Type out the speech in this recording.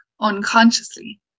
unconsciously